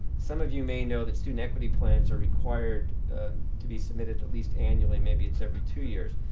some of you may know that student equity plans are required to be submitted at least annually, maybe it's every two years.